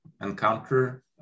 encounter